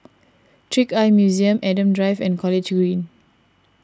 Trick Eye Museum Adam Drive and College Green